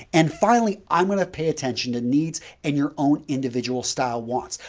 and, finally, i'm going to pay attention to needs and your own individual style wants.